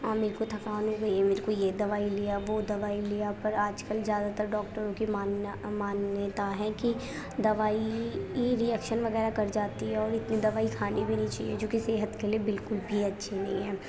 میرے کو تھکان ہو گئی ہے میرے کو یہ دوائی لے آ وہ دوائی لے آ پر آج کل زیادہ تر ڈاکٹروں کی مانیہ مانیتہ ہے کہ دوائی لی ای ری ایکشن وغیرہ کر جاتی ہے اور اتنی دوائی کھانی بھی نہیں چاہیے جوکہ صحت کے لیے بالکل بھی اچھی نہیں ہے